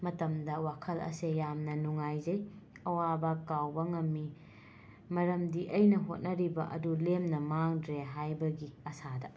ꯃꯇꯝꯗ ꯋꯥꯈꯜ ꯑꯁꯦ ꯌꯥꯝꯅ ꯅꯨꯡꯉꯥꯏꯖꯩ ꯑꯋꯥꯕ ꯀꯥꯎꯕ ꯉꯝꯃꯤ ꯃꯔꯝꯗꯤ ꯑꯩꯅ ꯍꯣꯠꯅꯔꯤꯕ ꯑꯗꯨ ꯂꯦꯝꯅ ꯃꯥꯡꯗ꯭ꯔꯦ ꯍꯥꯏꯕꯒꯤ ꯑꯁꯥꯗ